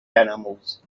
animals